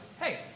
hey